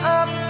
up